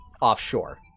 offshore